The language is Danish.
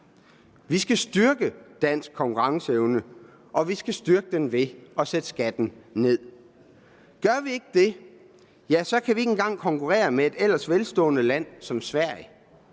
Vi skal styrke dansk konkurrenceevne, og vi skal styrke den ved at sætte skatten ned. Gør vi ikke det, ja, så kan vi ikke engang konkurrere med et ellers velstående land som Sverige,